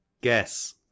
Guess